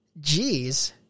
Jeez